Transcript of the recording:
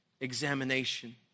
examination